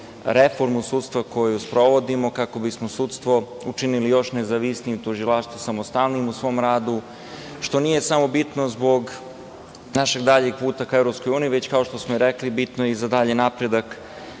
reformu sudstva koju sprovodimo kako bismo sudstvo učinili još nezavisnijim tužilaštvom, samostalnijim u svom radu, što nije samo bitno zbog našeg daljeg puta ka EU, već kao što smo rekli bitno je i za dalji napredak